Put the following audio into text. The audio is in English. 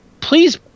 please